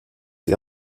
sie